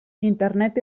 internet